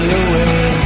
away